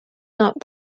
not